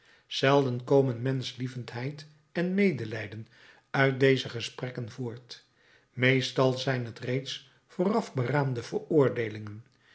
zelden komen menschlievendheid en medelijden uit deze gesprekken voort meestal zijn het reeds vooraf beraamde veroordeelingen